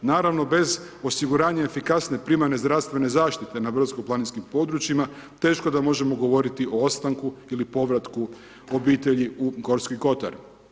Naravno, bez osiguranja i efikasne primarne zdravstvene zaštite na brdsko planinskim područjima, teško da možemo govoriti o ostanku ili povratku obitelji u Gorski kotar.